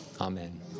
Amen